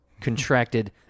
contracted